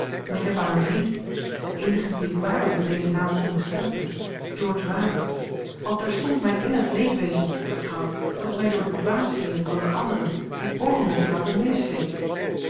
en ik heb aan een vriend den eenigen dien ik waarlijk met dezen naam kon bestempelen a l g bosboom-toussaint langs een omweg george warens al terstond mijn innig leedwezen vertrouwd dat ik mij door de dwaasheden van de anderen een oogenblik heb laten meesleepen